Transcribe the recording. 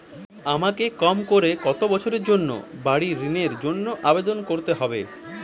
আমাকে কম করে কতো বছরের জন্য বাড়ীর ঋণের জন্য আবেদন করতে হবে?